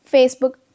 Facebook